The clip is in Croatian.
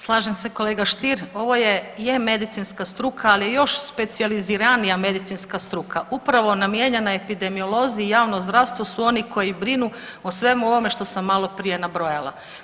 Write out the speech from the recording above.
Slažem se kolega Stier, ovo je medicinska struka, ali je još specijaliziranija medicinska struka upravo namijenjena epidemiolozi i javno zdravstvo su oni koji brinu o svemu ovome što sam maloprije nabrojala.